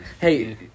Hey